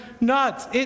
nuts